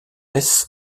wes